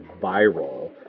viral